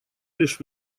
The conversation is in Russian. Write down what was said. лишь